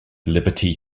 liberty